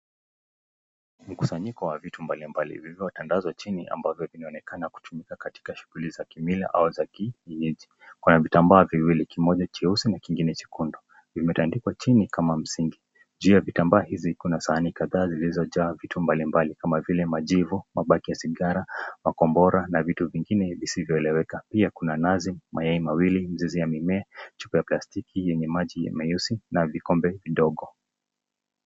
Mkusanyiko wa vitu mingi zilizo tandazwa chini vionaoneka ni ya kutumika katika kimila ama za kienyeji. Kuna vitambaa viwili kimoja cheusi na kingine chekundu. Kimetandikwa chini kama msingi . Juu ya kitambaa hiki kuna sahani zilizo jaa vitu mbalimbali kama vile majivu mabaki ya sigara, makombora na vitu zingine sisizo eleweka pia kuna nazi mayai mawili mzizi wa mmea chupa ya plastiki yenye maji meusi na vikombe kidogo.